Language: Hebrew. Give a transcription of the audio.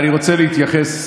אני רוצה להתייחס,